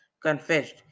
confessed